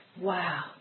Wow